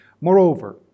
Moreover